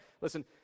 listen